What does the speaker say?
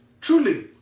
Truly